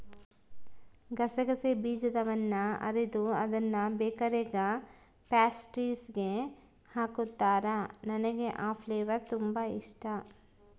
ಗಸಗಸೆ ಬೀಜದವನ್ನ ಅರೆದು ಅದ್ನ ಬೇಕರಿಗ ಪ್ಯಾಸ್ಟ್ರಿಸ್ಗೆ ಹಾಕುತ್ತಾರ, ನನಗೆ ಆ ಫ್ಲೇವರ್ ತುಂಬಾ ಇಷ್ಟಾ